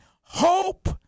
Hope